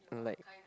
like